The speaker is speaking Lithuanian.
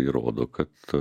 įrodo kad